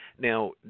Now